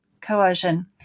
Coercion